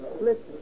Listen